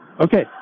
Okay